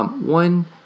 One